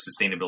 sustainability